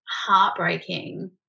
heartbreaking